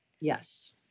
Yes